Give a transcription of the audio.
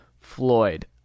Floyd